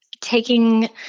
taking